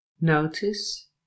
Notice